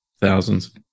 thousands